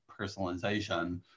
personalization